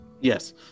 Yes